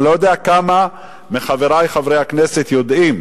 אני לא יודע כמה מחברי חברי הכנסת יודעים